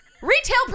Retail